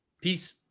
Peace